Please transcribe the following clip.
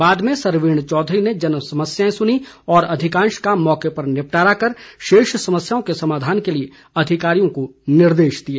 बाद में सरवीण चौधरी ने जनसमस्याएं सुनीं और अधिकांश का मौके पर निपटारा कर शेष समस्याओं के समाधान के लिए अधिकारियों को निर्देश दिए